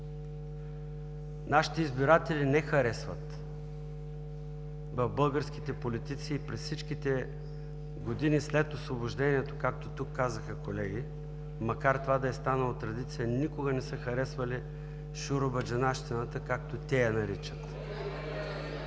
нашите избиратели не харесват в българските политици – и през всичките години след Освобождението, както тук казаха колеги, макар това да е станало традиция – никога не са харесвали „шуробаджанащината“, както те я наричат.